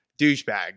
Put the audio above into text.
douchebag